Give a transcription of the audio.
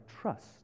trust